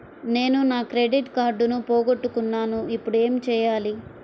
నేను నా క్రెడిట్ కార్డును పోగొట్టుకున్నాను ఇపుడు ఏం చేయాలి?